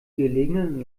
gelegenen